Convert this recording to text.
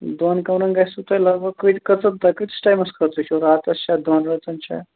دۄن کَمرَن گژھِوٕ تۄہہِ لگ بگ کۭتِس کۭژاہ تۄہہِ کۭتِس ٹایمَس خٲطرٕ چھُو راتَس چھا دۄن رَٲژَن چھا